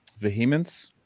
vehemence